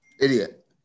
Idiot